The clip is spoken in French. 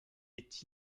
est